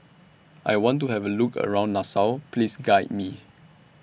I want to Have A Look around Nassau Please Guide Me